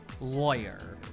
lawyer